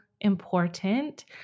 important